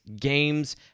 games